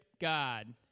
God